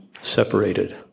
separated